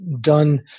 done